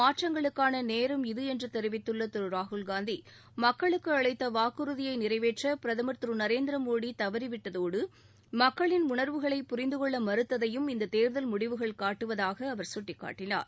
மாற்றங்களுக்கான நேரம் இது என்று தெரிவித்துள்ள திரு ராகுல்காந்தி மக்களுக்கு அளித்த வாக்குறுதியை நிறைவேற்றபிரதமர் திரு நரேந்திரமோடி தவறிவிட்டதோடு மக்களின் உணர்வுகளை புரிந்து கொள்ள மறுத்ததையும் இந்த தேர்தல் முடிவுகள் காட்டுவதாக அவர் சுட்டிக்காட்டினார்